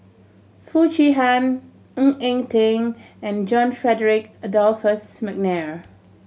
Foo Chee Han Ng Eng Teng and John Frederick Adolphus McNair